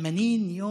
(אומר בערבית: 80.)